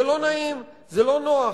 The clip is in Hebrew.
זה לא נעים, זה לא נוח,